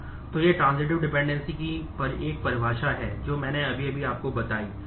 तो यह transitive dependency की एक परिभाषा है जो मैंने अभी अभी आपको बताई है